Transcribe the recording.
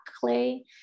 clay